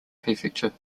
prefecture